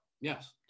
Yes